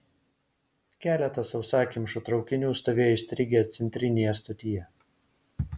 keletas sausakimšų traukinių stovėjo įstrigę centrinėje stotyje